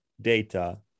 data